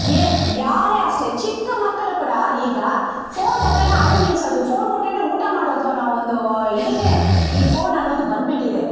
ಏ ಯಾರೇ ಅಷ್ಟೆ ಚಿಕ್ಕ ಮಕ್ಕಳು ಕೂಡ ಈಗ ಫೋನ್ ಕೊಟ್ಟರೇನೇ ಅಳು ನಿಲ್ಲಿಸೋದು ಫೋನ್ ಕೊಟ್ಟರೇನೇ ಊಟ ಮಾಡೋದು ಅನ್ನೋ ಒಂದೂ ಇದಕ್ಕೆ ಈ ಫೋನ್ ಅನ್ನೋದು ಬಂದ್ಬಿಟ್ಟಿದೆ